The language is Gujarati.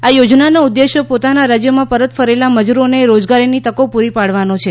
આ યોજનાનો ઉદ્દેશ્ય પોતાના રાજ્યોમાં પરત ફરેલા મજુરોને રોજગારીની તકો પુરી પાડવાનો છે